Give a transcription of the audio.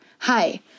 Hi